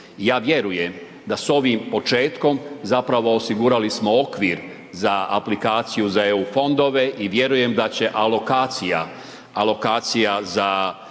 Ja vjerujem da s ovim početkom zapravo osigurali smo okvir za aplikaciju za EU fondove i vjerujem da će alokacija,